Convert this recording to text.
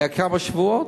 היה כמה שבועות,